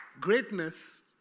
Greatness